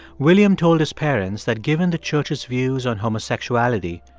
william told his parents that given the church's views on homosexuality,